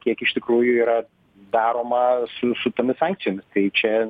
kiek iš tikrųjų yra daroma su su tomis sankcijomis tai čia